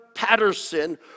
Patterson